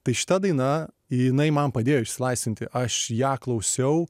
tai šita daina jinai man padėjo išsilaisvinti aš ją klausiau